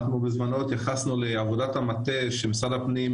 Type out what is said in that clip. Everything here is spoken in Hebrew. אנחנו בזמנו התייחסנו לעבודת המטה שמשרד הפנים